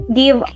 give